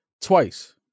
Twice